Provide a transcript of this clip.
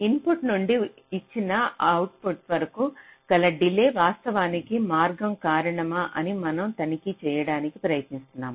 input నుండి ఇచ్చిన output వరకు గల డిలే వాస్తవానికి మార్గం కారణమా అని మనం తనిఖీ చేయడానికి ప్రయత్నిస్తాము